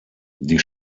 die